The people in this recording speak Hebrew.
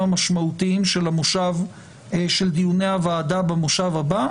המשמעותיים של דיוני הוועדה במושב הבא,